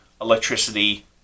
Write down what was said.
electricity